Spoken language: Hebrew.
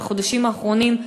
בחודשים האחרונים,